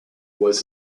was